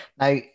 Now